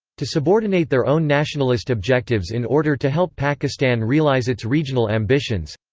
to subordinate their own nationalist objectives in order to help pakistan realize its regional ambitions.